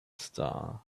star